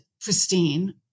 pristine